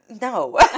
No